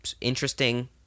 interesting